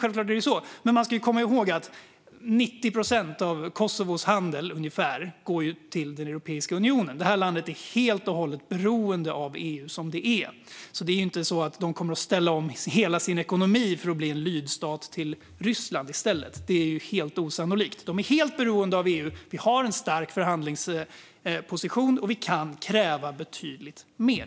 Självklart är det så, men man ska komma ihåg att ungefär 90 procent av Kosovos handel går till Europeiska unionen. Det här landet är helt och hållet beroende av EU som det är. De kommer inte att ställa om hela sin ekonomi för att i stället bli en lydstat till Ryssland - det är ju helt osannolikt. De är helt beroende av EU. Vi har en stark förhandlingsposition, och vi kan kräva betydligt mer.